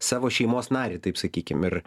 savo šeimos narį taip sakykim ir